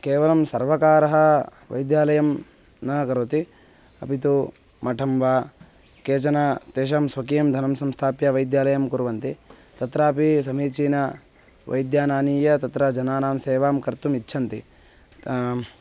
केवलं सर्वकारः वैद्यालयं न करोति अपि तु मठं वा केचन तेषां स्वकीयं धनं संस्थाप्य वैद्यालयं कुर्वन्ति तत्रापि समीचीनं वैद्यानानीय तत्र जनानां सेवां कर्तुम् इच्छन्ति ते